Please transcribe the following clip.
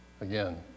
again